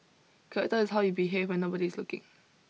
character is how you behave when nobody is looking